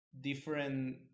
different